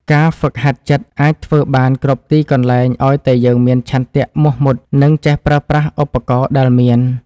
ការហ្វឹកហាត់ចិត្តអាចធ្វើបានគ្រប់ទីកន្លែងឱ្យតែយើងមានឆន្ទៈមោះមុត និង ចេះប្រើប្រាស់ឧបករណ៍ដែលមាន។